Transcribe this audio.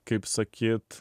kaip sakyt